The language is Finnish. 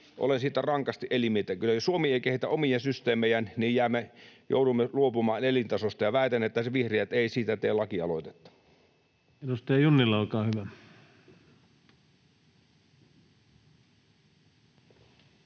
Olen siitä rankasti eri mieltä kyllä. Jos Suomi ei kehitä omia systeemejään, joudumme luopumaan elintasosta, ja väitän, että vihreät eivät siitä tee lakialoitetta. Edustaja Junnila, olkaa hyvä.